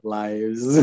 lives